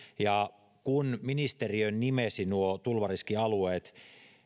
kun ministeriö nimesi nuo tulvariskialueet